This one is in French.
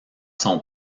son